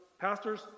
Pastors